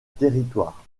territoire